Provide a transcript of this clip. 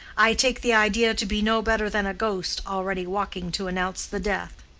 i take the idea to be no better than a ghost, already walking to announce the death.